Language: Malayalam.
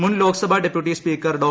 മുൻ ലോക് സഭാ ഡെപ്യൂട്ടി സ്പീക്കർ ഡോ